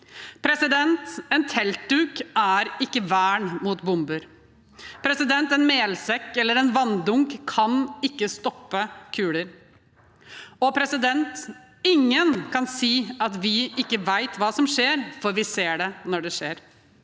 matkøene. En teltduk er ikke vern mot bomber. En melsekk eller en vanndunk kan ikke stoppe kuler. Og ingen kan si at vi ikke vet hva som skjer, for vi ser det når det skjer.